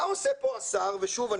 מה עושה פה השר והממשלה שלו ככלל ושוב,